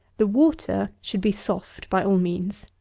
the water should be soft by all means.